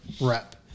rep